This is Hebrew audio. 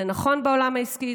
זה נכון בעולם העסקי,